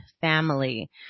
family